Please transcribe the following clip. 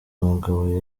mugabo